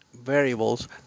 variables